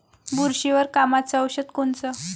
बुरशीवर कामाचं औषध कोनचं?